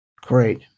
Great